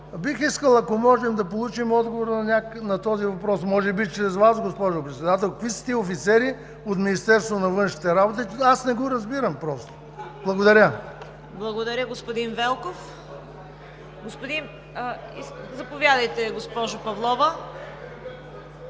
Бих искал, ако може, да получим отговор на този въпрос може би чрез Вас, госпожо Председател: какви са тези офицери от Министерството на външните работи? Аз не го разбирам просто. Благодаря. ПРЕДСЕДАТЕЛ ЦВЕТА КАРАЯНЧЕВА: Благодаря, господин Велков. Заповядайте, госпожо Павлова.